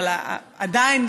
אבל עדיין,